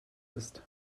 ist